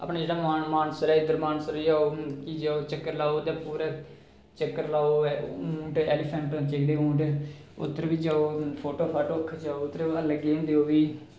अपना जेह्ड़ा मानसर ऐ मानसर जाओ कि जाओ चक्कर लाओ ते पूरे ते चक्कर लाओ ऊंट ऐलीफैंट ते ऊंट उद्धर बी जाओ ते फोटो फाटो खिचाओ ते ऐल्लै गै होंदे ओह् बी